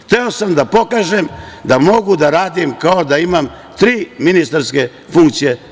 Hteo sam da pokažem da mogu da radim za Srbiju kao da imam tri ministarske funkcije.